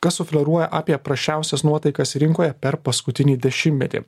kas sufleruoja apie prasčiausias nuotaikas rinkoje per paskutinį dešimtmetį